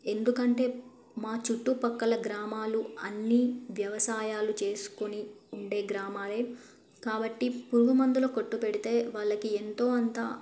ఎందుకంటే మా చుట్టుపక్కల గ్రామాలు అన్నీ వ్యవసాయాలు చేసుకుని ఉండే గ్రామాలే కాబట్టి పురుగు మందులు కొట్టు పెడితే వాళ్ళకి ఎంతో అంత